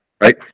right